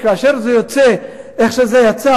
כאשר זה יוצא איך שזה יצא,